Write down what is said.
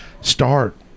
start